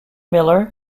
miller